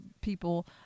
people